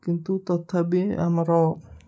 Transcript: କିନ୍ତୁ ତଥାପି ଆମର